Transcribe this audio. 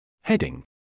Heading